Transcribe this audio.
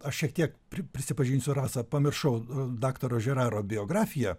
aš šiek tiek pri prisipažinsiu rasa pamiršau daktaro žeraro biografiją